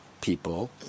people